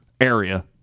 area